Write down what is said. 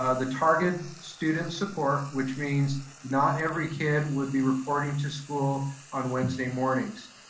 ah the targeted student support, which means not every kid would be reporting to school on wednesday mornings.